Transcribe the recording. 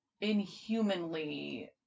inhumanly